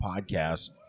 podcast